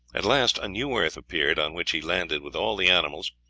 at last a new earth appeared, on which he landed with all the animals,